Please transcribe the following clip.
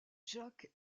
jacques